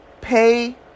pay